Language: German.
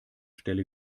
stelle